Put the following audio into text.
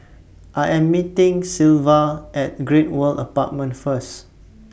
I Am meeting Sylva At Great World Apartments First